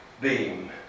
beam